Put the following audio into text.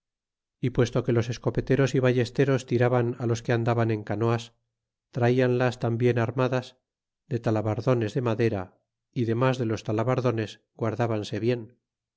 y puesto que los escopeteros y vallesteros tiraban los que andaban en canoas traianlas tambien armadas de talabardones de madera demas de los talabardones guardábanse bien